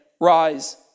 rise